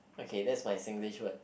okay that my Singlish word